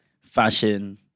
fashion